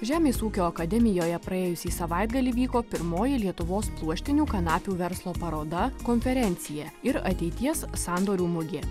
žemės ūkio akademijoje praėjusį savaitgalį vyko pirmoji lietuvos pluoštinių kanapių verslo paroda konferencija ir ateities sandorių mugė